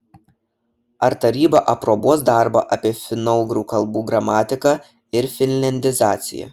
ar taryba aprobuos darbą apie finougrų kalbų gramatiką ir finliandizaciją